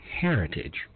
heritage